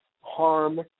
harm